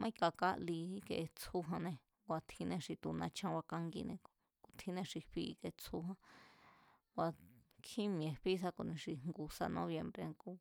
maíkakaa li íke tsjújannée̱ kua̱ tjinnée̱ xi tu̱ na̱chan bakangíne̱ ku̱ tjinnée̱ xi fí tsjúján a̱ kjín mi̱e̱ fí sá ku̱ni xi ngu sa nobiembre̱ ngu